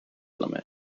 limit